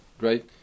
right